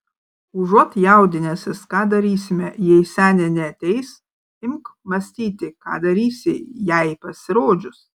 užuot jaudinęsis ką darysime jei senė neateis imk mąstyti ką darysi jai pasirodžius